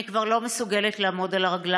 אני כבר לא מסוגלת לעמוד על הרגליים,